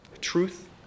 Truth